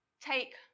take